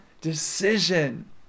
decision